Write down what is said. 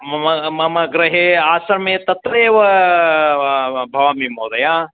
मम मम गृहे आश्रमे तत्रैव भवामि महोदय